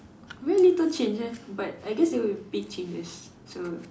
very little changes but I guess they were big changes so